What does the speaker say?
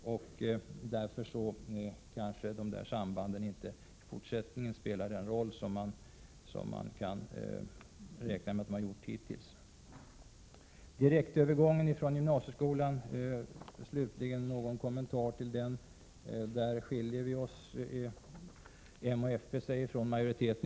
Därför spelar kanske de olika sambanden i detta sammanhang i fortsättningen inte den roll som de hittills har spelat. Så några kommentarer beträffande direktövergången från gymnasieskola till högskola. Där skiljer sig moderaterna och folkpartiet från utskottsmajoriteten.